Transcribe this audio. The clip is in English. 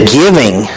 giving